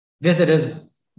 visitors